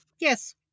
yes